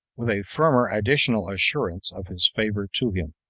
with a firmer additional assurance of his favor to him,